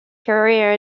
career